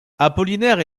apollinaire